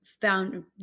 found